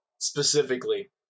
Specifically